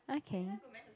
okay